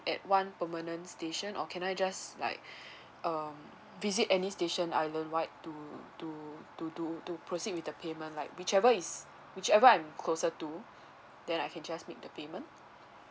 at one permanent station or can I just like um visit any station island wide to to to to to proceed with the payment like whichever is whichever I'm closer to then I can just make the payment